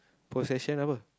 possession apa